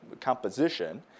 composition